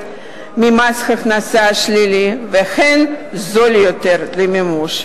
ממס הכנסה שלילי והן זול יותר למימוש.